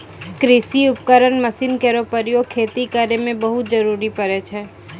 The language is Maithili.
कृषि उपकरण मसीन केरो उपयोग खेती करै मे बहुत जरूरी परै छै